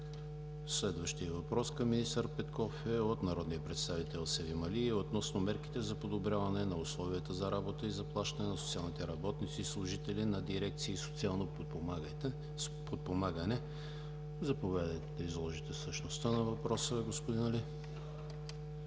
Следващият въпрос към министър Петков е от народния представител Севим Али и е относно мерките за подобряване на условията за работа и заплащане на социалните работници и служители на дирекции „Социално подпомагане“. Заповядайте, за да изложите същността на въпроса, господин Али.